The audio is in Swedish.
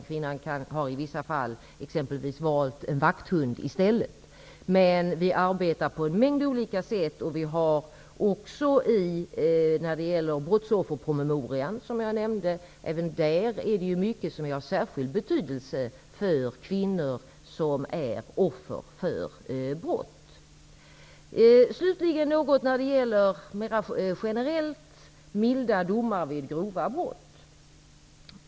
Kvinnan kan i vissa fall ha valt t.ex. en vakthund i stället. Vi arbetar på en mängd olika sätt. Även i Brottsofferpromemorian är det mycket som är av särskild betydelse för kvinnor som är offer för brott. Låt mig slutligen säga något generellt när det gäller milda domar vid grova brott.